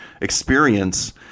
experience